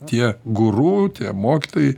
tie guru tie mokytojai